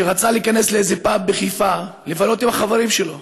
שרצה להיכנס לאיזה פאב בחיפה לבלות עם החברים שלו,